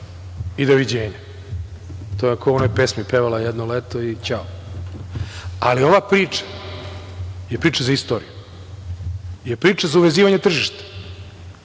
i doviđenja. To je kao u onoj pesmi - Pevala je jedno leto i ćao. Ova priča je priča za istoriju, priča za uvezivanje tržišta.